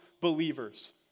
believers